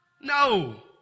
No